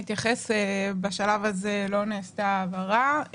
בשלב הזה לא נעשתה העברה.